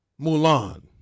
Mulan